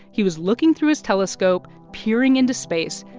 he was looking through his telescope, peering into space.